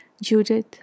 Judith